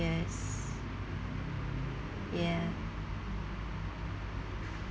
yes ya